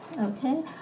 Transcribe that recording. Okay